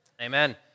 Amen